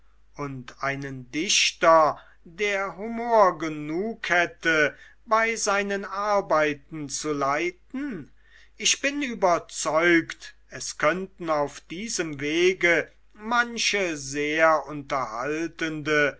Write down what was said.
und einen dichter der humor genug hätte bei seinen arbeiten zu leiten ich bin überzeugt es könnten auf diesem wege manche sehr unterhaltende